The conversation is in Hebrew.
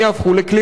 ולכן,